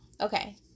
okay